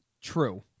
true